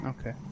Okay